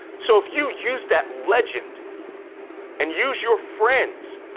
so if you used that legend and used your friends,